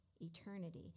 eternity